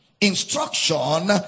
instruction